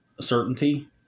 certainty